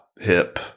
hip